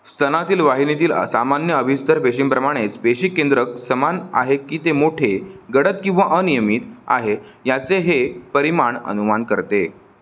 स्तनातील वाहिनीतील अ सामान्य अभिस्तर पेशींप्रमाणेच पेशी केंद्रक समान आहे की ते मोठे गडद किंवा अनियमित आहे याचे हे परिमाण अनुमान करते